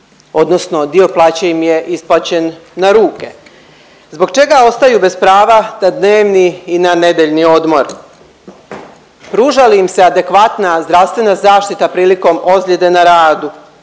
odnosno dio plaće im je isplaćen na ruke. Zbog čega ostaju bez prava na dnevni i na nedjeljni odmor? Pruža li ima se adekvatna zdravstvena zaštita prilikom ozljede na radu?